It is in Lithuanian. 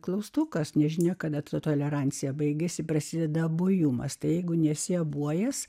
klaustukas nežinia kada ta tolerancija baigiasi prasideda abuojumas tai jeigu nesi abuojas